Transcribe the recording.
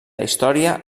història